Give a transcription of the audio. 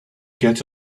get